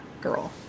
girl